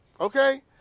okay